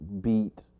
beat